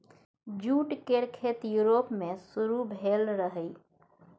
jute केर खेती Europe मे शुरु भेल रहइ